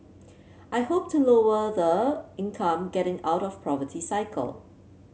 I hope to lower the income getting out of poverty cycle